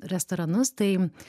restoranus tai